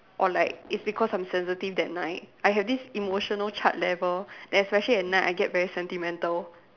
or like it's because I'm sensitive that night I have this emotional chart level that especially at night I get very sentimental